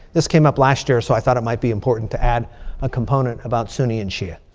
this came up last year. so i thought it might be important to add a component about sunni and shi'a,